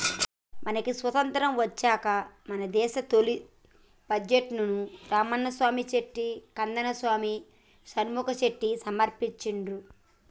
మనకి స్వతంత్రం వచ్చాక మన దేశ తొలి బడ్జెట్ను రామసామి చెట్టి కందసామి షణ్ముఖం చెట్టి సమర్పించిండ్రు